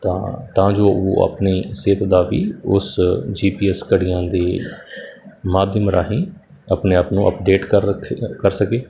ਤਾਂ ਤਾਂ ਜੋ ਉਹ ਆਪਣੀ ਸਿਹਤ ਦਾ ਵੀ ਉਸ ਜੀ ਪੀ ਐਸ ਘੜੀਆਂ ਦੇ ਮਾਧਿਅਮ ਰਾਹੀਂ ਆਪਣੇ ਆਪ ਨੂੰ ਅਪਡੇਟ ਕਰ ਰੱਖੇ ਕਰ ਸਕੇ